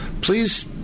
please